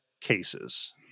cases